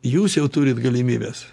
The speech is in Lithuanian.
jūs jau turit galimybes